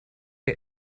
wir